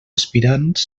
aspirants